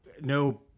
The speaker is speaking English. no